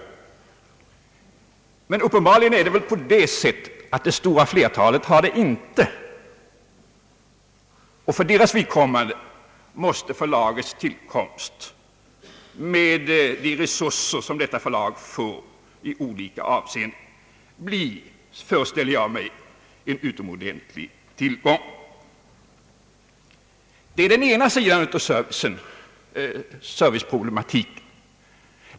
Så är väl uppenbarligen dock inte fallet med det stora flertalet, och för deras vidkommande måste förlagets tillkomst med de resurser som detta förlag får i olika avseenden bli, föreställer jag mig, en utomordentlig tillgång. Det är den ena sidan av serviceproblematiken.